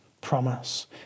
promise